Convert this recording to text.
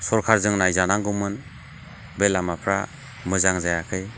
सरखारजों नायजानांगौमोन बे लामाफ्रा मोजां जायाखै